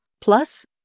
Plus